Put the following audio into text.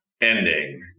ending